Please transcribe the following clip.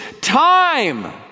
time